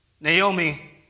naomi